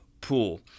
pool